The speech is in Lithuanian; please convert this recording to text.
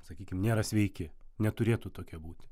sakykim nėra sveiki neturėtų tokie būti